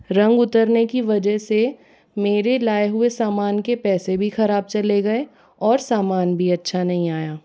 रंग उतरने की वजह से मेरे लाए हुए सामान के पैसे भी ख़राब चले गये और समान भी अच्छा नहीं आया